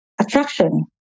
attraction